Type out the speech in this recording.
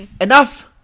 Enough